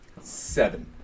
seven